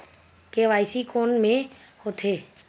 KYC कोन में होथे?